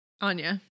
Anya